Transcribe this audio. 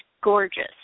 gorgeous